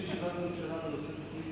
יש ישיבת ממשלה בנושא,